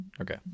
Okay